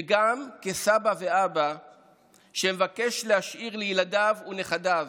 וגם כסבא ואבא שמבקש להשאיר לילדיו ולנכדיו